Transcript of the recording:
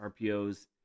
RPOs